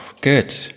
good